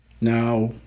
now